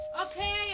Okay